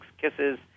kisses